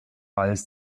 als